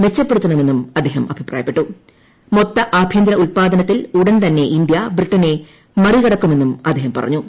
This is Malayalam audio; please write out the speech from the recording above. മെച്ചപ്പെടുത്തണമെന്നും അദ്ദേഹം മൊത്തആഭ്യന്തര ഉത്പ്പാദനത്തിൽ ഉടൻതന്നെ ഇന്ത്യ ബ്രിട്ടനെ മറികടക്കുമെന്നും അദ്ദേഹം പറഞ്ഞു